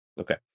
Okay